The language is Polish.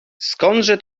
skądże